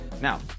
Now